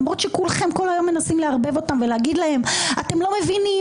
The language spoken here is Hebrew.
למרות שכולכם כל היום מנסים לערבב אותם ולהגיד להם: אתם לא מבינים,